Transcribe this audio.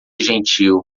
gentil